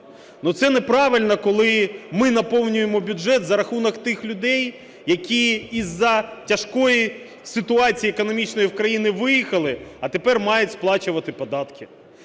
це неправильно, коли ми наповнюємо бюджет за рахунок тих людей, які із-за тяжкої ситуації в країні виїхали, а тепер мають сплачувати податки.